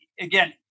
again